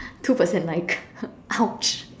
two percent like !ouch!